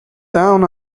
down